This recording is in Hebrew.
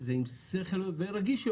זה עם שכל וגם רגיש יותר.